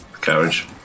carriage